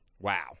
Wow